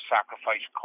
Sacrifice